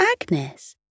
Agnes